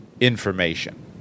information